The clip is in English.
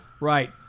Right